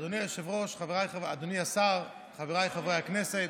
היושב-ראש, אדוני השר, חבריי חברי הכנסת,